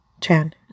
Chan